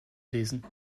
lesen